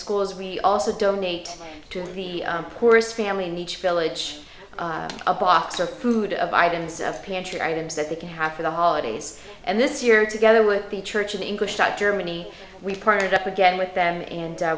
schools we all to donate to the poorest family in each village a box or food of items of pantry items that they can have for the holidays and this year together with the church in english type germany we partnered up again with them and